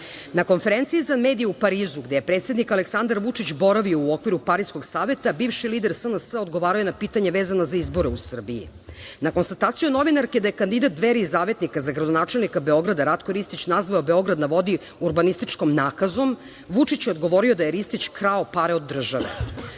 konferenciji za medije u Parizu, gde je predsednik Aleksandar Vučić boravio u okviru Pariskog saveta, bivši lider SNS-a odgovarao je na pitanje vezano za izbore u Srbiji. Na konstataciju novinarke da je kandidat Dveri i Zavetnika za gradonačelnika Beograda Ratko Ristić nazvao „Beograd na vodi“ urbanističkom nakazom Vučić je odgovorio da je Ristić krao pare od države,